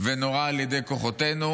ונורה על ידי כוחותינו.